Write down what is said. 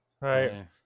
Right